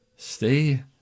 Stay